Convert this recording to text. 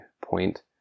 point